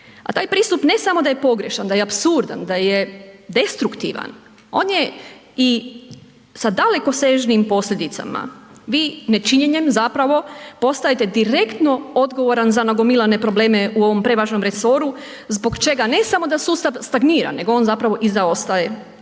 A taj pristup ne samo da je pogrešan, da je apsurdan, da je destruktivan on je i sa dalekosežnijim posljedicama. Vi nečinjenjem zapravo postajete direktno odgovoran za nagomilane probleme u ovom prevažnom resoru zbog čega ne samo da sustav stagnira nego on zapravo i zaostaje